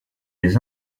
les